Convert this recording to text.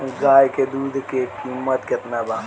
गाय के दूध के कीमत केतना बा?